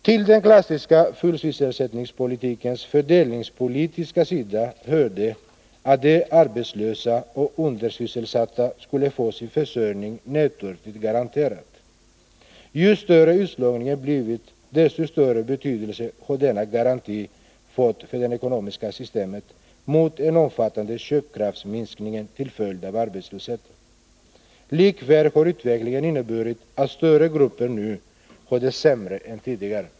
Till den fördelningspolitiska sidan av den klassiska fulla sysselsättningens politik hörde att de arbetslösa och undersysselsatta skulle få sin försörjning nödtorftigt garanterad. Ju större utslagningen blivit, desto större betydelse har denna garanti mot en omfattande köpkraftsminskning till följd av arbetslöshet fått för det ekonomiska systemet. Likväl har utvecklingen inneburit att stora grupper nu har det sämre än tidigare.